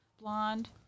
blonde